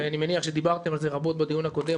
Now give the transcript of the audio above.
ואני מניח שדיברתם על זה רבות בדיון הקודם,